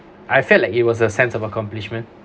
I felt like it was a sense of accomplishment